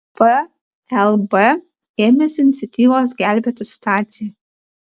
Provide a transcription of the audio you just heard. plb ėmėsi iniciatyvos gelbėti situaciją